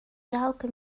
жалко